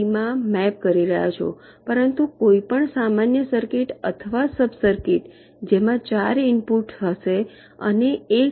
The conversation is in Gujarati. માં મેપ કરી રહ્યા છો પરંતુ કોઈ પણ સામાન્ય સર્કિટ અથવા સબ સર્કિટ જેમાં 4 ઇનપુટ્સ હશે અને 1 આઉટપુટ એલ